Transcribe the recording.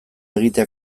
egitea